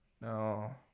no